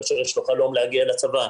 כאשר יש לו חלום להגיע לצבא.